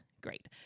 great